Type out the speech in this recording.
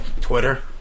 Twitter